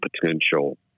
potential